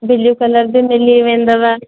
बिलू colour बि मिली वेंदव